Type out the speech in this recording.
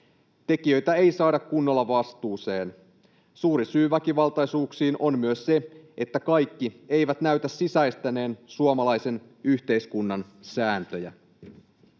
Tekijöitä ei saada kunnolla vastuuseen. Suuri syy väkivaltaisuuksiin on myös se, että kaikki eivät näytä sisäistäneen suomalaisen yhteiskunnan sääntöjä.